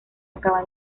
acaba